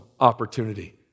opportunity